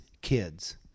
kids